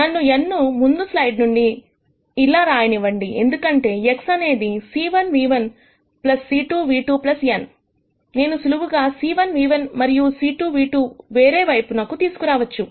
నన్ను n ను ముందు సైడ్ నుండి ఇలా రాయనివ్వండిఎందుకంటే X అనేది c1v1c2v2n నేను సులువుగా c1v1 మరియు c2v2 వేరే వైపునకు తీసుకురావచ్చు